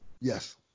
yes